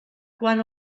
quan